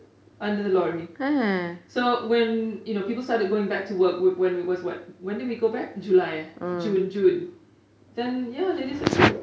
under the lorry so when you know people started going back to work when it was what when did we go back july june june ya then they disappeared